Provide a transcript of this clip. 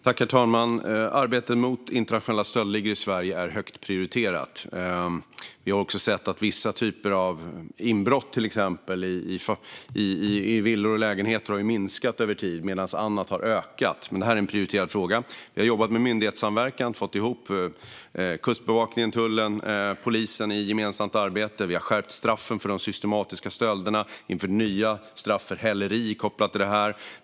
Herr talman! Arbetet mot internationella stöldligor i Sverige är högt prioriterat. Vi har också sett att vissa typer av inbrott, till exempel i villor och lägenheter, har minskat över tid medan annat har ökat. Det här är en prioriterad fråga. Vi har jobbat med myndighetssamverkan och fått ihop Kustbevakningen, tullen och polisen i ett gemensamt arbete. Vi har skärpt straffen för de systematiska stölderna och infört nya straff för häleri kopplat till detta.